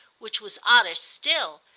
which was odder still,